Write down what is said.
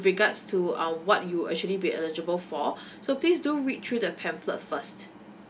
regards to uh what you actually be eligible for so please don't read through the pamphlet first